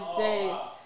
days